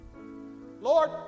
Lord